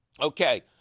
Okay